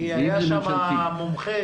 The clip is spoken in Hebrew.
כי היה שם מומחה,